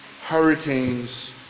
hurricanes